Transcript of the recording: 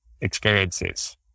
experiences